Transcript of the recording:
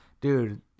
dude